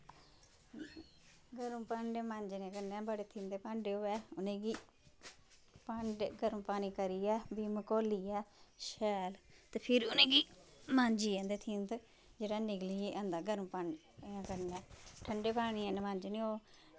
गर्म भांडे मांजने कन्नै बड़े थिंदे भांडे होऐ उनेंगी गर्म पानी करियै बिम घोलियै शैल ते फिर उनेंगी मांजियै ते थिंद जेह्ड़ा निकली जंदा गर्म पानी कन्नै ठंडे पानियैं नै मांजने होन